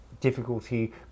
difficulty